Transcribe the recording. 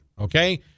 okay